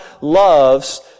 loves